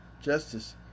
justice